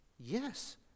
yes